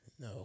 No